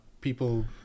people